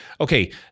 okay